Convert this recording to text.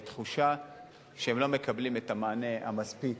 שיש להם תחושה שהם לא מקבלים את המענה המספיק,